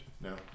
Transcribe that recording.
No